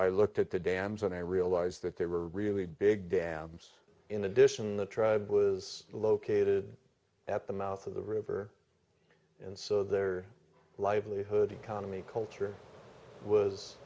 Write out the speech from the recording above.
looked at the dams and i realised that they were really big dams in addition the tribe was located at the mouth of the river and so their livelihood economy culture